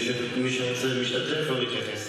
מי שמשתתף, לא להתייחס.